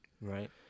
Right